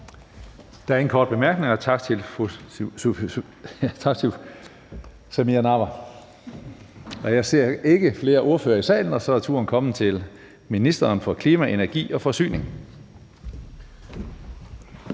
Der er ingen korte bemærkninger. Tak til fru Samira Nawa. Jeg ser ikke flere ordførere i salen, og så er turen kommet til klima-, energi- og